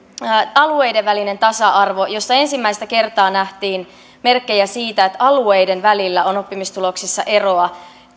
alueiden välinen tasa arvo jossa ensimmäistä kertaa nähtiin merkkejä siitä että alueiden välillä on oppimistuloksissa eroa kun